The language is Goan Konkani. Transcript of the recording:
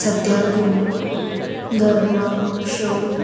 सत्यार गुरू धर्मक्ष